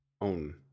own